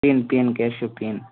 pin pin کیٛاہ چھُو pin